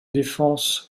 défense